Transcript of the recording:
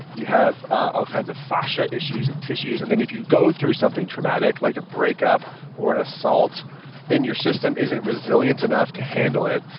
you have all kinds of fascia issues and tissues. and then if you go through something traumatic like a breakup or an assault than your system isn't resilient enough to handle it.